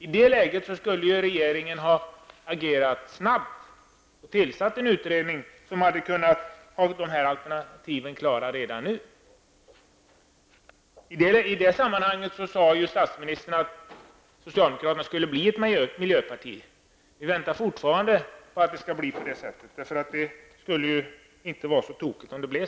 I det läget skulle regeringen ha agerat snabbt och tillsatt en utredning som hade kunnat ha de här alternativen klara redan nu. I det sammanhanget sade statsministern att socialdemokratiska partiet skulle bli ett miljöparti. Vi väntar fortfarande på det -- det skulle inte vara så tokigt.